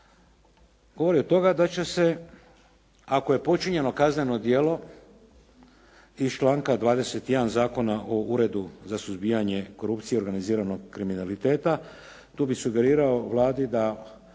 govori od toga da će se ako je počinjeno kazneno djelo iz članka 21. Zakona o Uredu za suzbijanje korupcije i organiziranog kriminaliteta, tu bih sugerirao Vladi da